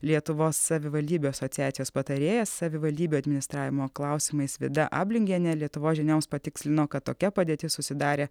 lietuvos savivaldybių asociacijos patarėja savivaldybių administravimo klausimais vida ablingienė lietuvos žinioms patikslino kad tokia padėtis susidarė